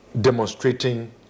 demonstrating